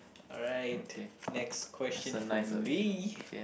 alright next question for me